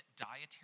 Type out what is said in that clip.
dietary